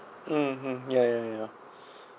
mm mm ya ya ya